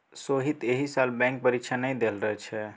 सोहीत एहि साल बैंक परीक्षा नहि द रहल छै